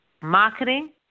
Marketing